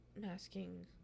masking